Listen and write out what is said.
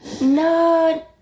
No